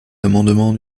l’amendement